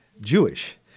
Jewish